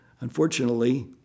Unfortunately